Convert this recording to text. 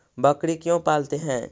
बकरी क्यों पालते है?